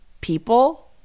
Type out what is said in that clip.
people